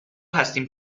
هستیم